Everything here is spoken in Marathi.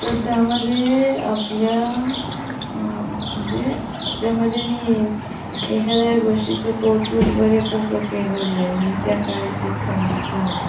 नंतर त्यामध्ये आपल्या जे त्यामध्ये मी एखाद्या गोष्टीचं कौतुक वगैरे कसं केलं जाईल हे त्या काळी तेच सांगितलं आहे